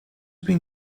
been